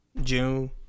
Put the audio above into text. June